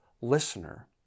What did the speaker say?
listener